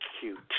cute